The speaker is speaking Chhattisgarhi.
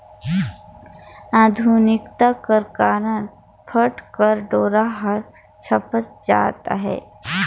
आधुनिकता कर कारन पट कर डोरा हर छपत जात अहे